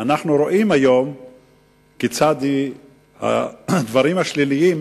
אנחנו רואים כיצד הדברים השליליים